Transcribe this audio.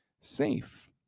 safe